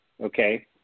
Okay